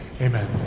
Amen